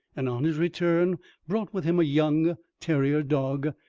and on his return brought with him a young terrier dog,